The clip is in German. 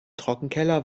trockenkeller